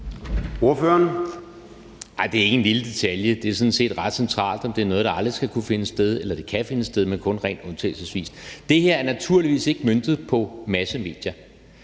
Det er ikke en lille detalje. Det er sådan set ret centralt, om det er noget, der aldrig skal kunne finde sted, eller om det kan finde sted, men kun rent undtagelsesvis. Det her er naturligvis ikke møntet på massemedier,